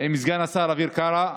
עם סגן השר אביר קארה.